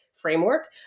framework